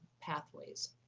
pathways